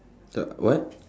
uh what